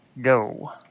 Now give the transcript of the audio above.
Go